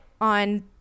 on